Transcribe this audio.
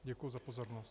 Děkuji za pozornost.